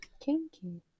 Kinky